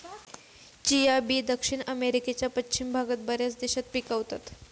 chia बी दक्षिण अमेरिकेच्या पश्चिम भागात बऱ्याच देशात पिकवतत